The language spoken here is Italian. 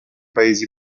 paesi